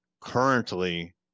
currently